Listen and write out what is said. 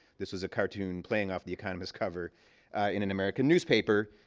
this is a cartoon playing off the economist cover in an american newspaper.